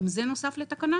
גם זה נוסף לתקנה,